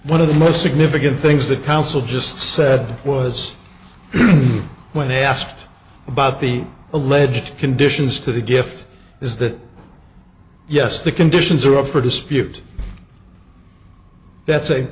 one of the most significant things the counsel just said was when they asked about the alleged conditions to the gift is that yes the conditions are up for dispute that